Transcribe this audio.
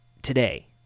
Today